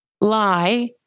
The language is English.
lie